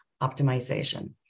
optimization